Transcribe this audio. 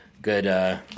Good